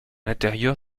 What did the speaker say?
intérieur